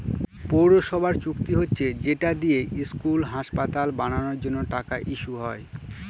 পৌরসভার চুক্তি হচ্ছে যেটা দিয়ে স্কুল, হাসপাতাল বানানোর জন্য টাকা ইস্যু হয়